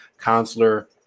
counselor